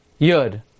Yud